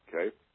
okay